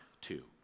two